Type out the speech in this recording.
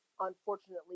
unfortunately